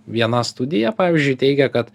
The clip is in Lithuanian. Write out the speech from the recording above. viena studija pavyzdžiui teigia kad